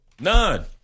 None